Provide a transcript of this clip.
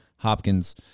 Hopkins